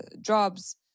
jobs